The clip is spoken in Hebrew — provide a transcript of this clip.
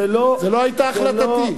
זו לא היתה החלטתי.